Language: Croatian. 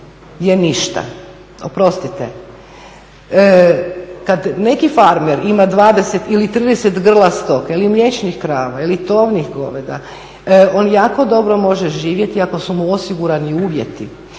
je ništa. Oprostite, kad neki farmer ima 20 ili 30 grla stoke ili mliječnih krava ili tovnih goveda on jako dobro može živjeti ako su mu osigurani uvjeti,